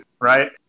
right